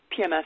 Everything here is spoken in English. PMS